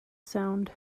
sound